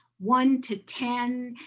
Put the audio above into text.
one to ten,